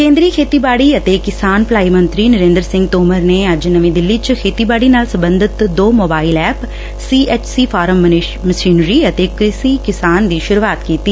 ਕੇਂਦਰੀ ਖੇਤੀਬਾੜੀ ਅਤੇ ਕਿਸਾਨ ਭਲਾਈ ਮੰਤਰੀ ਨਰੇਂਦਰ ਸਿੰਘ ਤੋਮਰ ਨੇ ਅੱਜ ਨਵੀਂ ਦਿੱਲੀ ਚ ਖੇਤੀਬਾੜੀ ਨਾਲ ਸਬੰਧਤ ਦੋ mobile app C H C farm machinery ਅਤੇ ਕ੍ਿਸ਼ੀ ਕਿਸਾਨ ਦੀ ਸੁਰੂਆਤ ਕੀਤੀ